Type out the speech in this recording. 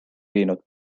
viinud